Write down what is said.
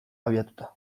abiatuta